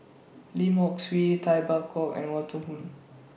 Lim Hock Siew Tay Bak Koi and Walter Woon